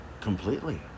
completely